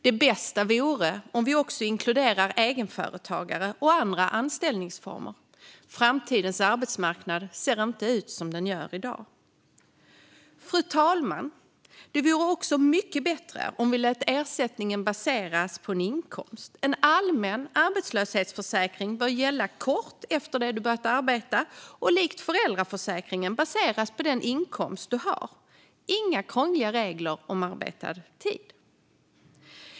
Det bästa vore om vi också inkluderade egenföretagare och andra anställningsformer. Framtidens arbetsmarknad ser inte ut som dagens. Fru talman! Det vore också mycket bättre om vi lät ersättningen baseras på en inkomst. En allmän arbetslöshetsförsäkring bör gälla kort efter att du har börjat arbeta och likt föräldraförsäkringen baseras på den inkomst du har - inga krångliga regler om arbetad tid.